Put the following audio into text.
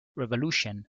revolution